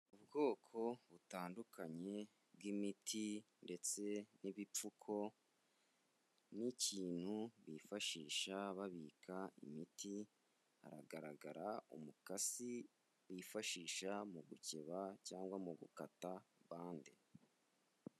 Ubwoko butandukanye bw'imiti ndetse n'ibipfuko n'ikintu bifashisha babika imiti, haragaragara umukasi bifashisha mu gukeba cyangwa mu gukata bande.